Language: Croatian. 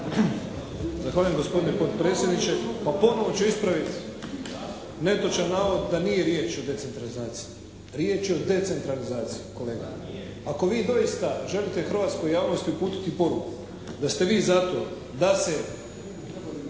Zahvaljujem gospodine potpredsjedniče. Pa ponovo ću ispraviti netočan navod da nije riječ o centralizaciji. Riječ je o decentralizaciji kolega. Ako vi doista želite hrvatskoj javnosti uputiti poruku da ste vi za to da se